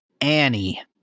Annie